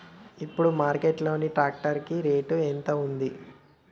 ఇప్పుడు మార్కెట్ లో ట్రాక్టర్ కి రేటు ఎంత ఉంది?